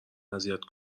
اذیت